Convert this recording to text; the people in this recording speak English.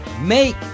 Make